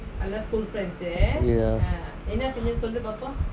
ya